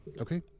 Okay